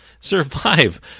survive